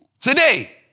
Today